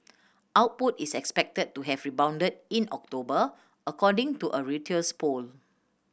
output is expected to have rebounded in October according to a Reuters poll